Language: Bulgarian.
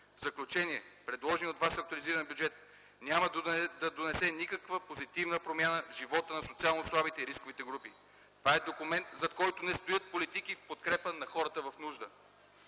В заключение – предложеният от вас актуализиран бюджет няма да донесе никаква позитивна промяна в живота на социално слабите и рисковите групи. Това е документ, зад който не стоят политики в подкрепа на хората в нужда.